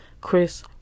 Chris